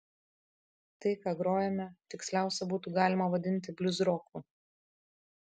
tai ką grojame tiksliausia būtų galima vadinti bliuzroku